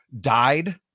died